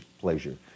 pleasure